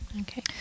Okay